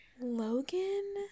logan